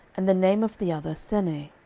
and the name of the other seneh.